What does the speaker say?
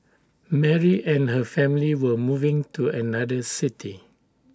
Mary and her family were moving to another city